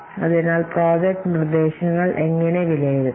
അതിനാൽ പ്രോജക്റ്റ് നിർദ്ദേശങ്ങൾ എങ്ങനെ വിലയിരുത്താം